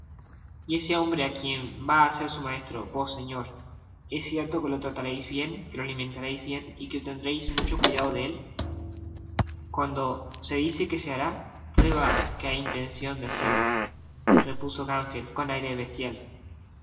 y es ese hombre quien vá á ser su maestro vos señor es cierto que lo tratareis bien que lo alimentareis bien y que tendreis mucho cuidado de él cuando se dice que se hará prueba que hay intencion de hacerlo repuso gamfield con aire bestial